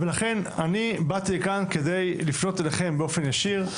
ולכן אני באתי לכאן כדי לפנות אליכם באופן ישיר,